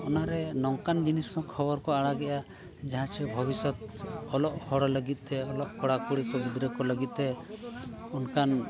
ᱚᱱᱟᱨᱮ ᱱᱚᱝᱠᱟᱱ ᱡᱤᱱᱤᱥ ᱦᱚᱸ ᱠᱷᱚᱵᱚᱨ ᱠᱚ ᱟᱲᱟᱜᱮᱜᱼᱟ ᱡᱟᱦᱟᱸ ᱪᱮ ᱵᱷᱚᱵᱤᱥᱥᱚ ᱚᱞᱚᱜ ᱦᱚᱲ ᱞᱟᱹᱜᱤᱫ ᱛᱮ ᱚᱞᱚᱜ ᱠᱚᱲᱟ ᱠᱩᱲᱤ ᱠᱚ ᱜᱤᱫᱽᱨᱟᱹ ᱠᱚ ᱞᱟᱹᱜᱤᱫ ᱛᱮ ᱚᱱᱠᱟᱱ